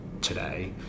today